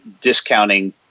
discounting